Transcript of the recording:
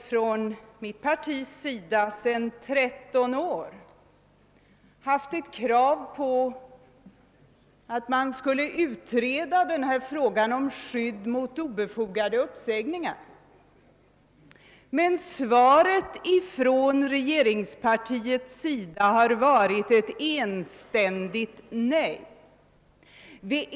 Folkpartiet har sedan 13 år tillbaka framfört krav på utredning av frågan om skydd mot obefogade uppsägningar, men svaret från regeringspartiets sida har varit ett enständigt nej.